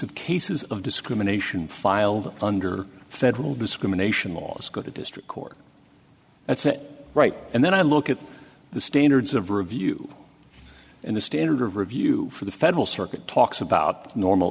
of cases of discrimination filed under federal discrimination laws go to district court that's right and then i look at the standards of review and the standard of review for the federal circuit talks about normal